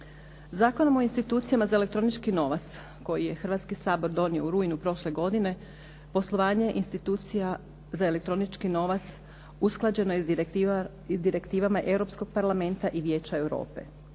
Zakonom o institucijama za elektronički novac koji je Hrvatski sabor donio u rujnu prošle godine poslovanje institucija za elektronički novac usklađeno je sa direktivama Europskog parlamenta i Vijeća Europe.